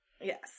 Yes